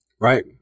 Right